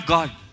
God